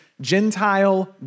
Gentile